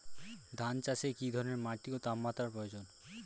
ধান চাষে কী ধরনের মাটি ও তাপমাত্রার প্রয়োজন?